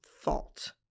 fault